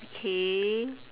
okay